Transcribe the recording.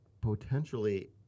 potentially